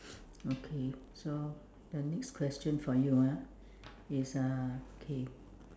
okay so the next question for you ah is uh okay